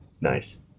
nice